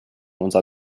unser